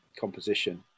composition